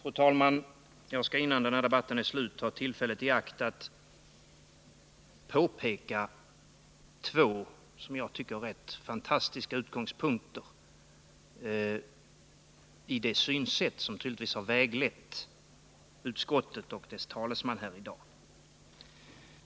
Fru talman! Jag skall ta tillfället i akt att påpeka två enligt min mening rätt fantastiska utgångspunkter för det synsätt som tydligtvis har väglett utskottet och dess talesman här i dag.